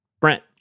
Brent